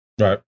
Right